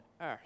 earth